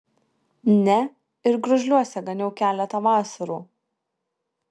ne ir gružliuose ganiau keletą vasarų